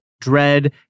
dread